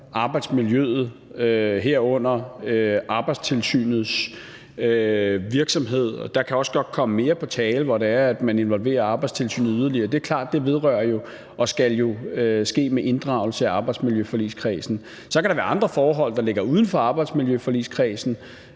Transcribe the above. arbejdsmiljøet, herunder Arbejdstilsynets virksomhed, og der kan også godt komme mere på tale, hvor man involverer Arbejdstilsynet yderligere. Det er klart: Det vedrører og skal jo ske med inddragelse af arbejdsmiljøforligskredsen. Så kan der være andre forhold, der ligger uden for arbejdsmiljøforligskredsen,